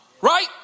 Right